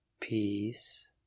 Peace